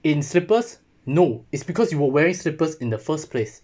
in slippers no it's because you were wearing slippers in the first place